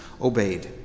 obeyed